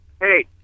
hey